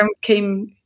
came